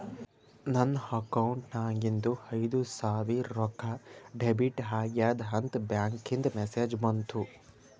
ನನ್ ಅಕೌಂಟ್ ನಾಗಿಂದು ಐಯ್ದ ಸಾವಿರ್ ರೊಕ್ಕಾ ಡೆಬಿಟ್ ಆಗ್ಯಾದ್ ಅಂತ್ ಬ್ಯಾಂಕ್ಲಿಂದ್ ಮೆಸೇಜ್ ಬಂತು